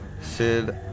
Sid